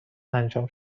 انجام